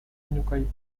menyukai